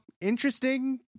interesting